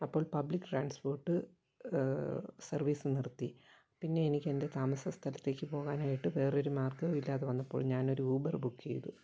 അപ്പോൾ public transport service നിർത്തി പിന്നെ എനിക്കെൻ്റെ താമസസ്ഥലത്തേക്ക് പോകാനായിട്ട് വേറൊരു മാർഗ്ഗവുമില്ലാതെ വന്നപ്പോൾ ഞാനൊരു ഊബറ് ബുക്ക് ചെയ്തു